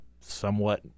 somewhat